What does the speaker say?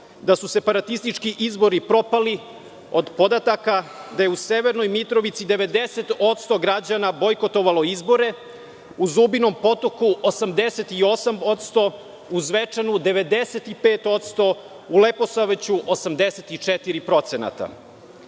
da su separatistički izbori propali od podataka da je u severnoj Mitrovici 90% građana bojkotovalo izbore, u Zubinom Potoku 88%, u Zvečanu 95%, u Leposaviću 84%?Da